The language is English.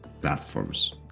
platforms